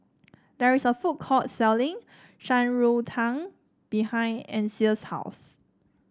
there is a food court selling Shan Rui Tang behind Ancil's house